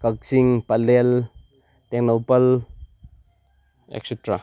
ꯀꯛꯆꯤꯡ ꯄꯂꯦꯜ ꯇꯦꯛꯅꯧꯄꯜ ꯑꯦꯛꯁꯤꯇ꯭ꯔꯥ